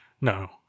no